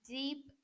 deep